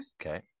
Okay